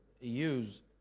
use